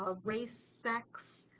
ah race, sex,